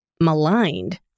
maligned